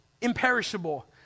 imperishable